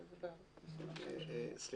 כל